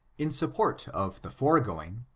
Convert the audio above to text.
in support of the foregoing,